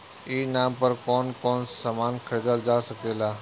ई नाम पर कौन कौन समान खरीदल जा सकेला?